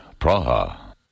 Praha